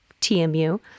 TMU